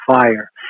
fire